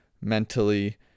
mentally